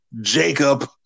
Jacob